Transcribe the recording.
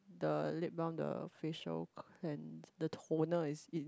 the lip balm the facial cleanse and the toner is in